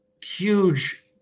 huge